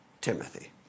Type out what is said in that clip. timothy